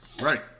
Right